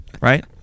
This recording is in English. Right